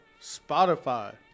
Spotify